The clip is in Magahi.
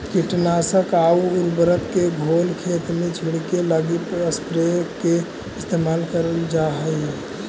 कीटनाशक आउ उर्वरक के घोल खेत में छिड़ऽके लगी स्प्रेयर के इस्तेमाल करल जा हई